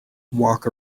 walk